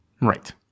Right